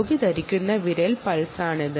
രോഗി ധരിക്കുന്ന വിരൽ പൾസാണിത്